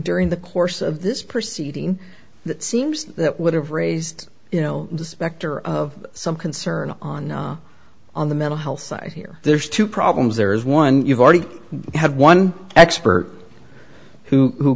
during the course of this proceeding that seems that would have raised you know the specter of some concern on on the mental health side here there's two problems there is one you've already have one expert who